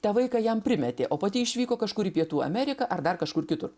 tą vaiką jam primetė o pati išvyko kažkur į pietų ameriką ar dar kažkur kitur